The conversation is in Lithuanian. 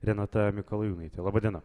renata mikalajūnaitė laba diena